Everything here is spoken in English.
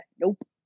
Nope